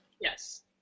yes